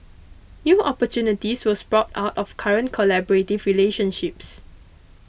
new opportunities will sprout out of current collaborative relationships